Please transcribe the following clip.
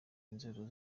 inzego